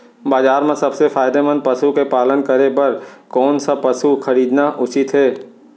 बजार म सबसे फायदामंद पसु के पालन करे बर कोन स पसु खरीदना उचित हे?